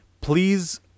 please